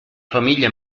famiglia